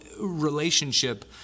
relationship